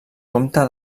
comte